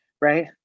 Right